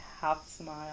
half-smile